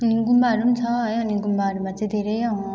अनि गुम्बाहरू पनि छ है अनि गुम्बाहरूमा चाहिँ धेरै